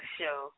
show